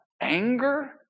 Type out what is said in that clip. anger